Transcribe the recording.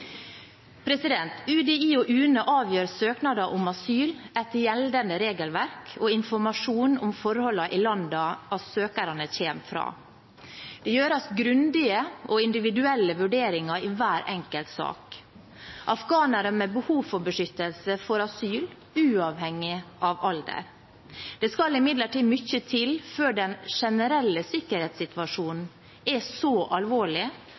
UDI og UNE avgjør søknader om asyl etter gjeldende regelverk og informasjon om forholdene i landene søkerne kommer fra. Det gjøres grundige og individuelle vurderinger i hver enkelt sak. Afghanere med behov for beskyttelse får asyl uavhengig av alder. Det skal imidlertid mye til før den generelle sikkerhetssituasjonen er så alvorlig